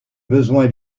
besoin